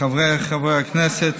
חברי הכנסת,